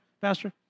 Pastor